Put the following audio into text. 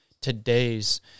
today's